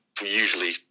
usually